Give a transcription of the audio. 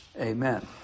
Amen